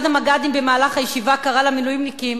אחד המג"דים קרא במהלך ישיבה למילואימניקים: